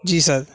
جی سر